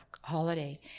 holiday